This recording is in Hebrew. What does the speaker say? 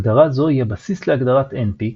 הגדרה זו היא הבסיס להגדרת NP,